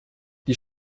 die